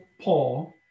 Paul